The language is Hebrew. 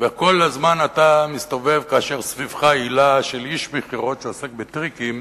וכל הזמן אתה מסתובב כאשר סביבך הילה של איש מכירות שעוסק בטריקים,